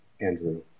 Andrew